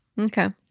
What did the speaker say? Okay